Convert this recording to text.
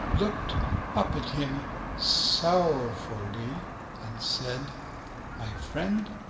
looked up at him sorrowfully and said my friend,